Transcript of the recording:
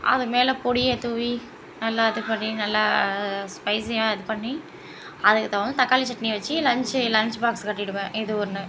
அதுமேல் பொடியை தூவி நல்லா இது பண்ணி நல்லா ஸ்பைஸியாக இது பண்ணி அதுக்குத் தகுந்த தக்காளி சட்னி வச்சு லன்ச்சு லன்ச் பாக்ஸ் கட்டிவிடுவேன் இது ஒன்று